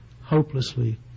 hopelessly